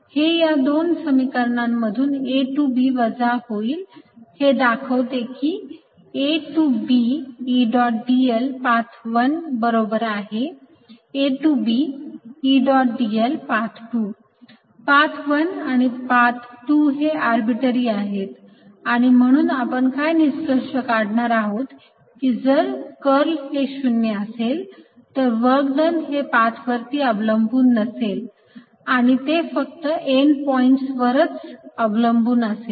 हे या दोन समीकरणांमधून A टू B वजा होईल हे दाखवते कि A to B E dot dl path 1 बरोबर आहे A to B E dot dl path 2 path 1 आणि पाथ 2 हे आरबीटरी आहेत आणि म्हणून आपण काय निष्कर्ष काढणार आहोत की जर कर्ल हे 0 असेल तर वर्क डन हे पाथ वरती अवलंबून नसेल आणि ते फक्त एन्ड पॉईंटस वरच अवलंबून असेल